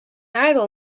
idle